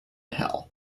hell